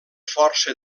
força